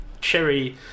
cherry